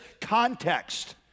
context